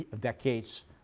decades